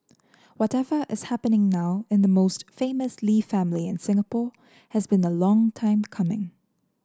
whatever is happening now in the most famous Lee family in Singapore has been a long time coming